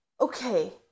okay